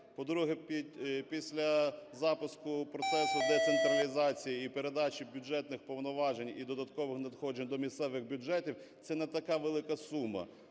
По-друге, після запуску процесу децентралізації і передачі бюджетних повноважень і додаткових надходжень до місцевих бюджетів це не така велика сума